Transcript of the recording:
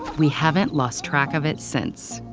we haven't lost track of it since.